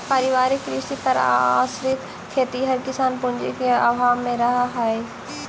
पारिवारिक कृषि पर आश्रित खेतिहर किसान पूँजी के अभाव में रहऽ हइ